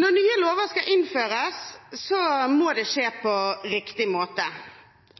Når nye lover skal innføres, må det skje på riktig måte.